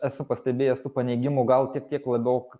esu pastebėjęs tų paneigimų gal tik tiek daug